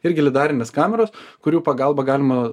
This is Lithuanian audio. irgi lidarinės kameros kurių pagalba galima